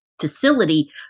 facility